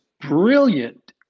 brilliant